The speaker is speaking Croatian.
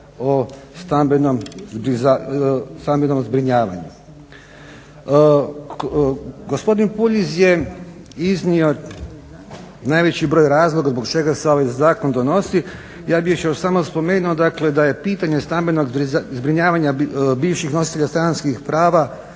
o stambenom zbrinjavanju. Gospodin Puljiz je iznio najveći broj razloga zbog čega se ovaj zakon donosi. Ja bih još samo spomenuo dakle da je pitanje stambenog zbrinjavanja bivših nositelja stanarskih prava